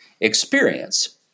experience